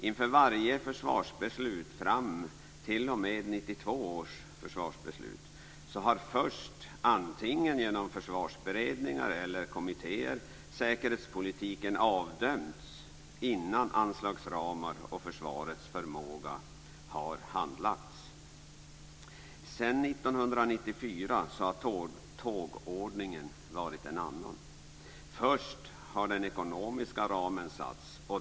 Inför varje försvarsbeslut t.o.m. 1992 års försvarsbeslut har först, antingen genom försvarsberedningar eller genom kommittéer, säkerhetspolitiken avdömts; detta innan anslagsramar och försvarets förmåga handlagts. Sedan 1994 har tågordningen varit en annan. Först har den ekonomiska ramen satts.